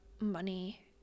money